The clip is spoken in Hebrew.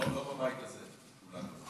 בבית הזה לא כולנו יודעים.